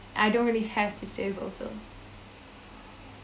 I don't really have to save also